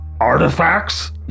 artifacts